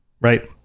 right